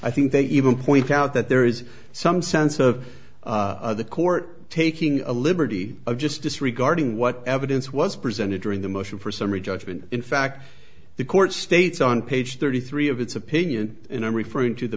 i think they even point out that there is some sense of the court taking a liberty of just disregarding what evidence was presented during the motion for summary judgment in fact the court states on page thirty three of its opinion and i'm referring to the